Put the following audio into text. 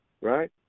Right